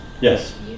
Yes